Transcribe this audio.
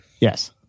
Yes